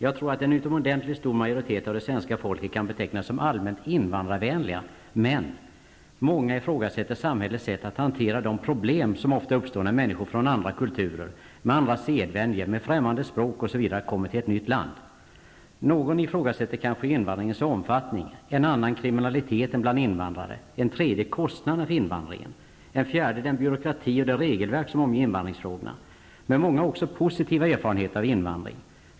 Jag tror att en utomordentligt stor majoritet av det svenska folket kan betecknas som allmänt invandrarvänliga, men många ifrågasätter samhällets sätt att hantera de problem som ofta uppstår när människor från andra kulturer, med andra sedvänjor, med ett främmande språk, osv., kommer till ett nytt land. Någon ifrågasätter kanske invandringens omfattning, en annan kriminaliteten bland invandrare, en tredje kostnaderna för invandringen och en fjärde den byråkrati och det regelverk som omger invandringsfrågorna. Men många har också positiva erfarenheter av invandring.